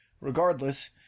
regardless